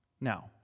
Now